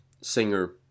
singer